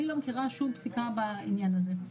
אני לא מכירה פסיקה בעניין הזה.